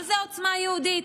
אבל זה עוצמה יהודית.